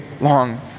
long